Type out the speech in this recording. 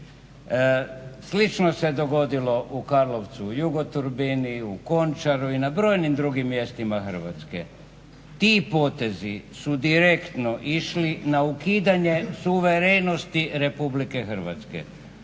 Slično se dogodilo u Karlovcu u Jugo turbini i u Končaru i na brojnim drugim mjestima Hrvatske. Ti potezi su direktno išli na ukidanje suverenosti Republike Hrvatske.